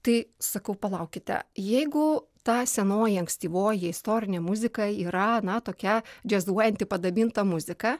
tai sakau palaukite jeigu ta senoji ankstyvoji istorinė muzika yra na tokia džiazuojanti padabinta muzika